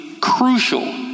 crucial